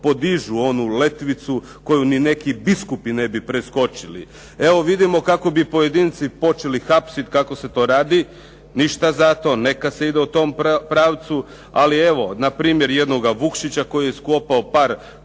podižu onu letvicu koju ni neki biskupi ne bi preskočili. Evo vidimo kako bi pojedince počeli hapsiti kako se to radi. Ništa zato, neka se ide u tom pravcu. Ali evo npr. jednoga Vukšića koji je sklopao par šlepera